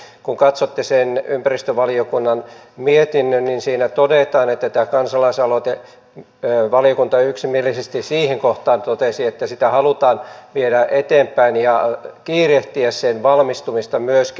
kun katsotte sen ympäristövaliokunnan mietinnön niin siinä todetaan että kansalaisaloite eu valiokunta yksimielisesti siihen kansalaisaloitteen kohtaan totesi että sitä halutaan viedä eteenpäin ja kiirehtiä sen valmistumista myöskin